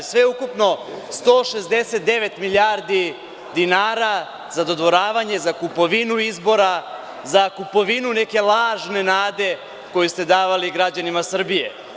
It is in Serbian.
Sveukupno 169 milijardi dinara za dodvoravanje, za kupovinu izbora, za kupovinu neke lažne nade koju ste davali građanima Srbije.